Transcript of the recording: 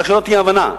רק שלא תהיה אי-הבנה,